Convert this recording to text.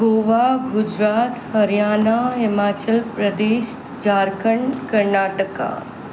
Goa Gujarat Haryana Himachal Pradesh Jharkhand Karnataka